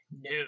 no